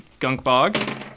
Gunkbog